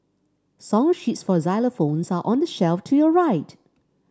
song sheets for xylophones are on the shelf to your right